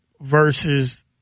versus